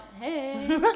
hey